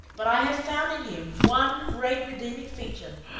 but i have found in him one great redeeming feature.